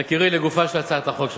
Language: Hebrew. יקירי, לגופה של הצעת החוק שלך.